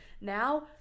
now